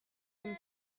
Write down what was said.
him